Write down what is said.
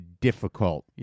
difficult